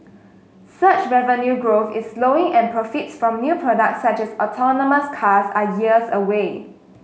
search revenue growth is slowing and profits from new products such as autonomous cars are years away